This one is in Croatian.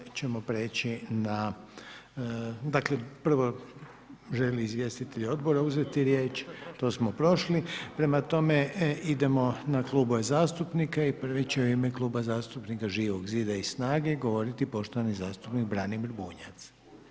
Sada ćemo prijeći na, dakle prvo, žele li izvjestitelji odbora uzeti riječ, to smo prošli, prema tome, idemo na klubove zastupnika i prvi će u ime Kluba zastupnika Živog Zida i SNAGA-e, govoriti poštovani zastupnik Branimir Bunjac.